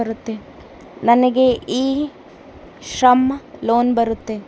ನನಗೆ e Shram loan ಬರುತ್ತಾ?